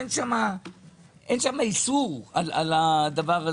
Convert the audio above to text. אין שם איסור על זה.